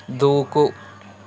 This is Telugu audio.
దూకు